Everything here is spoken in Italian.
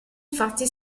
infatti